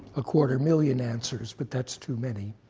a quarter million answers. but that's too many.